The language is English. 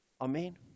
Amen